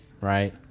Right